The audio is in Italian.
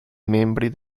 membri